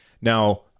Now